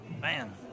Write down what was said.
man